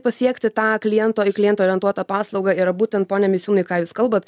pasiekti tą kliento į klientą orientuotą paslaugą yra būtent pone misiūnai ką jūs kalbat